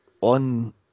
on